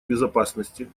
безопасности